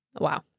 Wow